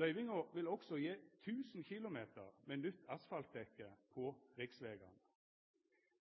Løyvinga vil òg gje 1 000 km med nytt asfaltdekke på riksvegane.